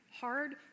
hard